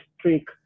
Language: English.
trick